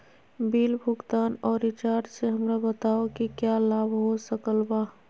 Bill भुगतान और recharge से हमरा बताओ कि क्या लाभ हो सकल बा?